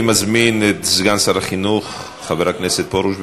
אני מזמין את סגן שר החינוך חבר הכנסת פרוש.